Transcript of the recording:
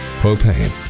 Propane